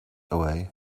away